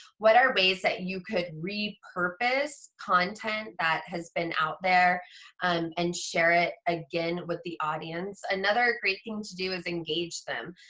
what are ways that you could repurpose content that has been out there um and share it again with the audience. another great thing to do is engage them,